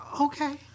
okay